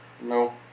No